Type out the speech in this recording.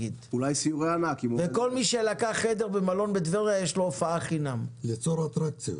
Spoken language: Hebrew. וכל מי שלקח חדר במלון בטבריה יש לו הופעה חינם -- ליצור אטרקציות.